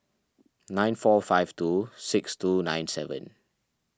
nine four five two six two nine seven